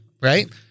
Right